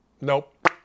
Nope